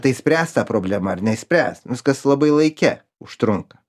tai išspręs tą problemą ar neišspręs viskas labai laike užtrunka